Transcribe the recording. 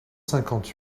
cinquante